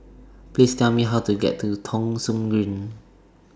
Please Tell Me How to get to Thong Soon Green